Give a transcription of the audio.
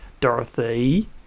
Dorothy